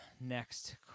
next